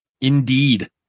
Indeed